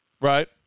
Right